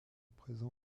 présent